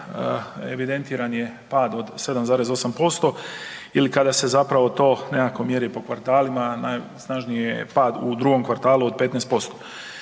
evidentiran je pad od 7,8% ili kada se to po nekako mjeri po kvartalima najsnažniji je pad u drugom kvartalu od 15%.